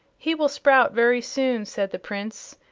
he will sprout very soon, said the prince,